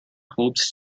hopes